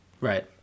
Right